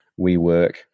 WeWork